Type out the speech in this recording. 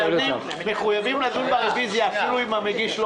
אנחנו מחויבים לדון ברוויזיה אפילו אם המגיש לא